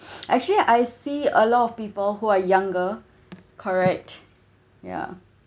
actually I see a lot of people who are younger correct ya